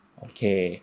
okay